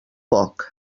poc